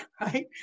right